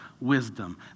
wisdom